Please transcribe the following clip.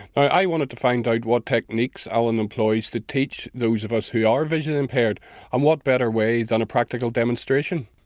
i wanted to find out what techniques alan employs to teach those of us who are visually impaired and what better way than a practical demonstration.